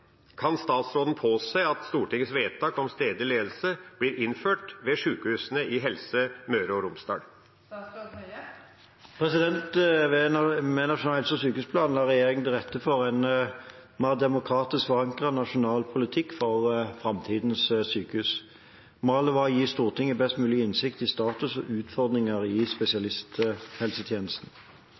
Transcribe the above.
Kan statsråden påse at Stortingets vedtak om stedlig ledelse blir innført ved sykehusene i Helse Møre og Romsdal?» Med Nasjonal helse- og sykehusplan la regjeringen til rette for en mer demokratisk forankret, nasjonal politikk for framtidens sykehus. Målet var å gi Stortinget best mulig innsikt i status og utfordringer for spesialisthelsetjenesten.